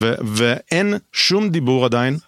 ואין שום דיבור עדיין.